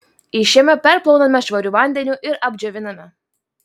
išėmę perplauname švariu vandeniu ir apdžioviname